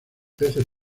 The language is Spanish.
peces